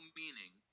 meaning